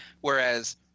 Whereas